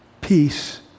peace